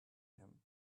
him